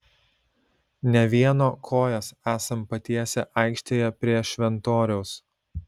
ne vieno kojas esam patiesę aikštėje prie šventoriaus